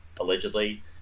allegedly